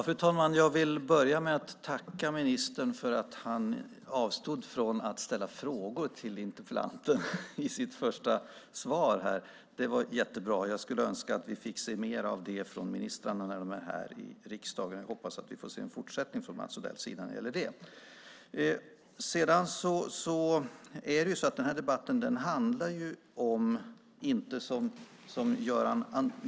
Fru talman! Jag vill börja med att tacka ministern för att han avstod från att ställa frågor till interpellanten i sitt inlägg här. Det var jättebra. Jag skulle önska att vi fick se mer av det från ministrarna när de är här i riksdagen. Jag hoppas att vi får se en fortsättning från Mats Odells sida när det gäller det.